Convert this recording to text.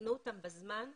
יפנו אותם בזמן אלינו.